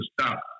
stop